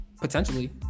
Potentially